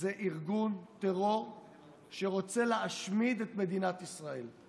זה ארגון טרור שרוצה להשמיד את מדינת ישראל.